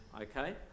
okay